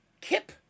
Kip